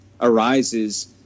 arises